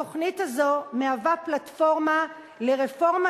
התוכנית הזאת מהווה פלטפורמה לרפורמה